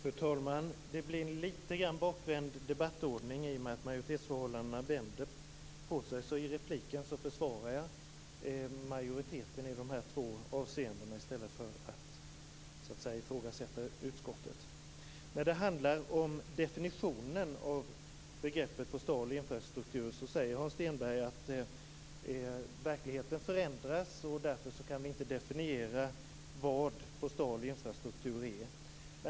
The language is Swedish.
Fru talman! Det blir en lite bakvänd debattordning i och med att majoritetsförhållandena är omvända. I repliken försvarar jag majoriteten i dessa två avseenden i stället för att ifrågasätta utskottets skrivning. När det handlar om definitionen av begreppet postal infrastruktur säger Hans Stenberg att verkligheten förändras och att vi därför inte kan definiera vad postal infrastruktur är.